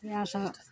इएहसब